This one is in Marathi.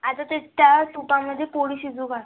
आता ते त्या तुपामध्ये पोळी शिजू घाल